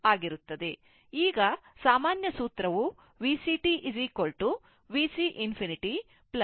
ಆದ್ದರಿಂದ ಈಗ ಸಾಮಾನ್ಯ ಸೂತ್ರವು VCt VC ∞ VC 0 VC ∞ e t τ ಆಗಿರುತ್ತದೆ